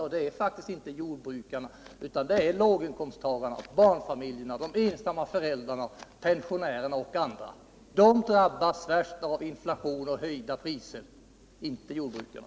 Till dem hör faktiskt inte jordbrukarna, utan de utgörs av låginkomsttagarna, barnfamiljerna, de ensamma föräldrarna, pensionärerna och andra. De drabbas värst av inflationer och höjda priser, inte jordbrukarna.